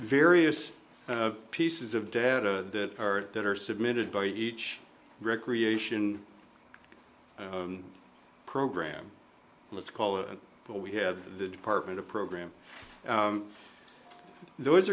various pieces of data that are that are submitted by each recreation program let's call it what we have the department of program those